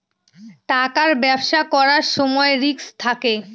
টাকার ব্যবসা করার সময় রিস্ক থাকে